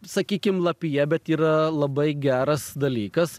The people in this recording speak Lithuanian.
sakykim lapija bet yra labai geras dalykas